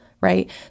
right